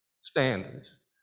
standards